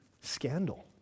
Scandal